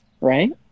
right